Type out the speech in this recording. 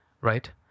right